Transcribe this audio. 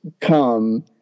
come